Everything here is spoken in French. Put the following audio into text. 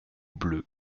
bleu